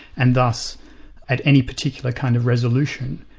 and thus at any particular kind of resolution,